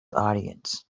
audience